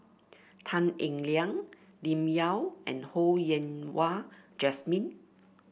Tan Eng Liang Lim Yau and Ho Yen Wah Jesmine